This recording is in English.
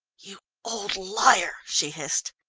you old liar! she hissed.